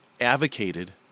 advocated